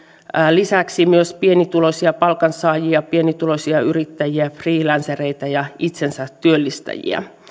lisäksi myös pienituloisia palkansaajia pienituloisia yrittäjiä freelancereita ja itsensätyöllistäjiä erillisellä